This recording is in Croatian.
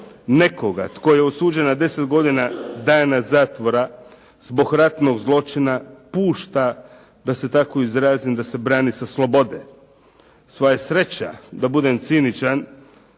nekoga tko je osuđen na 10 godina dana zatvora zbog ratnog zločina pušta, da se tako izrazim, da se brani sa slobode? Sva je sreća, da budem ciničan,